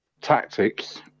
tactics